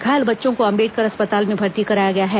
घायल बच्चों को अंबेडकर अस्पताल में भर्ती कराया गया है